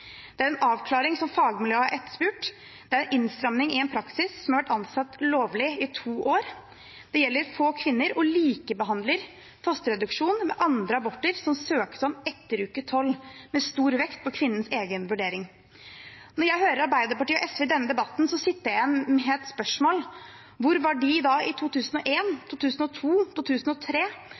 Det er en avklaring som fagmiljøet har etterspurt. Det er innstramming i en praksis som har vært ansett lovlig i to år. Det gjelder få kvinner og likebehandler fosterreduksjon med andre aborter som det søkes om etter uke 12, med stor vekt på kvinnens egen vurdering. Når jeg hører Arbeiderpartiet og SV i denne debatten, sitter jeg igjen med et spørsmål: Hvor var de i 2001, 2002, 2003